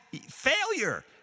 failure